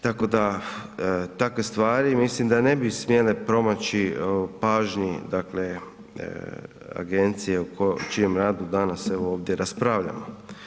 Tako da takve stvari mislim da ne bi smjele promaći pažnji agencije o čijem radu danas evo ovdje raspravljamo.